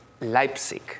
Leipzig